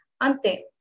Ante